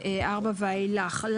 2024 ואילך.